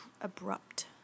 abrupt